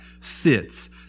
sits